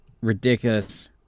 ridiculous